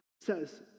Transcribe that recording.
says